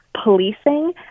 policing